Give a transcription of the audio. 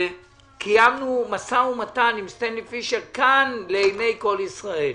וקיימנו משא ומתן עם סטנלי פישר כאן לעיני כל ישראל.